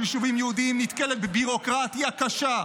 יישובים יהודיים נתקלת בביורוקרטיה קשה,